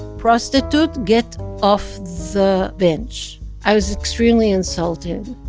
prostitute, get off so the bench i was extremely insulted.